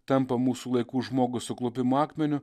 tampa mūsų laikų žmogui suklupimo akmeniu